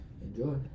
Enjoy